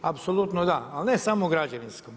Apsolutno da, ali ne samo građevinskom.